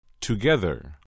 together